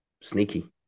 sneaky